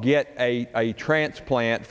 get a transplant